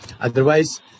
otherwise